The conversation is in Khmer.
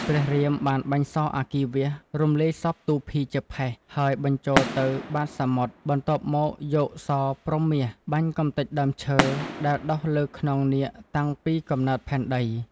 ព្រះរាមបានបាញ់សរអគ្គីវាសរំលាយសពទូភីជាផេះ ហើយបញ្ចូលទៅបាតសមុទ្រ បន្ទាប់មកយកសរព្រហ្មមាស បាញ់កំទេចដើមឈើ ដែលដុះលើខ្នងនាគតាំងពីកំណើតផែនដី។